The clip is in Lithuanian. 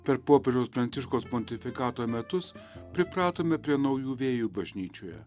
per popiežiaus pranciškaus pontifikato metus pripratome prie naujų vėjų bažnyčioje